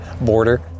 border